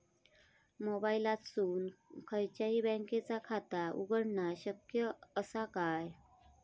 मोबाईलातसून खयच्याई बँकेचा खाता उघडणा शक्य असा काय?